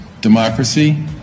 democracy